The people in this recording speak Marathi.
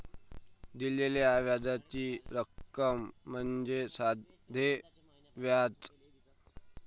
दिलेल्या व्याजाची रक्कम म्हणजे साधे व्याज